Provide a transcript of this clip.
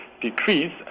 decrease